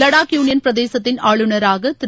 வடாக் union பிரதேசத்தின் ஆளுநராக திரு